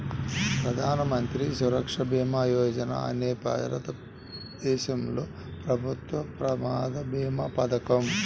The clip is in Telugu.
ప్రధాన మంత్రి సురక్ష భీమా యోజన అనేది భారతదేశంలో ప్రభుత్వ ప్రమాద భీమా పథకం